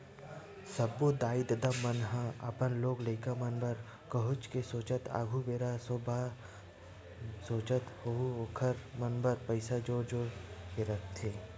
सब्बो दाई ददा मन ह अपन लोग लइका मन बर काहेच के सोचथे आघु बेरा बर सोचत होय ओखर मन बर पइसा जोर जोर के रखथे